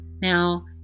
Now